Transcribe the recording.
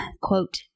quote